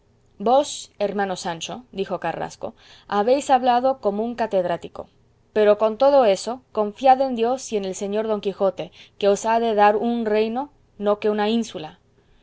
vos hermano sancho dijo carrasco habéis hablado como un catedrático pero con todo eso confiad en dios y en el señor don quijote que os ha de dar un reino no que una ínsula